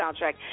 soundtrack